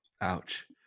Ouch